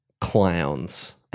clowns